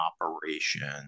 operation